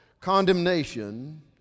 Condemnation